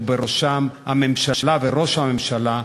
ובראשם הממשלה וראש הממשלה,